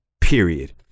Period